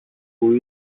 που